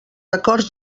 acords